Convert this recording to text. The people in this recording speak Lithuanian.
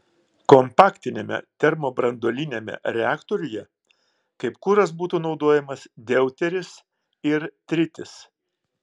kompaktiniame termobranduoliniame reaktoriuje kaip kuras būtų naudojamas deuteris ir tritis